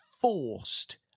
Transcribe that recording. forced